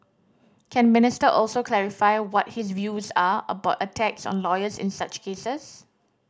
can Minister also clarify what his views are about attacks on lawyers in such cases